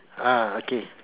ah okay